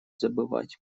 забывать